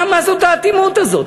מה זאת האטימות הזאת?